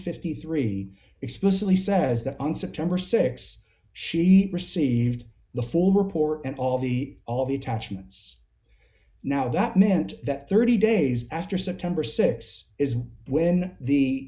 fifty three dollars explicitly says that on september six she received the former poor and all the all the attachments now that meant that thirty days after september six is when the